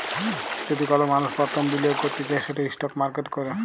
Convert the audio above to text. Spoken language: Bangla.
যদি কল মালুস পরথম বিলিয়গ ক্যরতে চায় সেট ইস্টক মার্কেটে ক্যরে